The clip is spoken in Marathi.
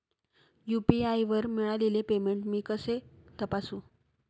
यू.पी.आय वर मिळालेले पेमेंट मी कसे तपासू?